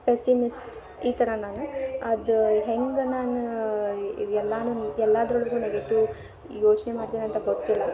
pessimist ಈ ಥರ ನಾನು ಅದು ಹೆಂಗೆ ನಾನು ಈಗ ಎಲ್ಲಾನು ಎಲ್ಲಾದ್ರೊಳಗೂ ನೆಗೆಟಿವ್ ಯೋಚನೆ ಮಾಡ್ತೇನಂತ ಗೊತ್ತಿಲ್ಲ